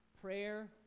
prayer